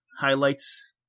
highlights